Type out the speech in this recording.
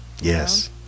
Yes